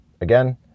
again